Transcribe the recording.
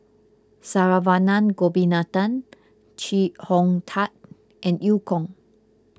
Saravanan Gopinathan Chee Hong Tat and Eu Kong